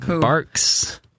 barks